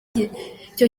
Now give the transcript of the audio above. icyo